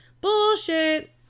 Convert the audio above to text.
Bullshit